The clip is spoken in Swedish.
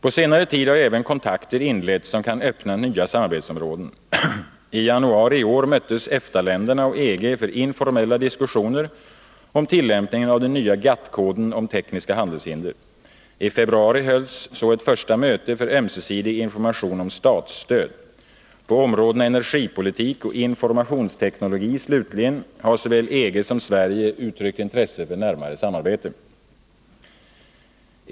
På senare tid har även kontakter inletts som kan öppna nya samarbetsområden. I januari i år möttes EFTA-länderna och EG för informella diskussioner om tillämpningen av den nya GATT-koden om tekniska handelshinder. I februari hölls så ett första möte för ömsesidig information om statsstöd. På områdena energipolitik och informationsteknologi slutligen har såväl EG som Sverige uttryckt intresse för närmare samarbete.